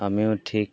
আমিও ঠিক